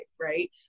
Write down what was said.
Right